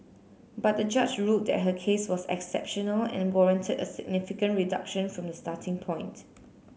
but the judge ruled that her case was exceptional and warranted a significant reduction from the starting point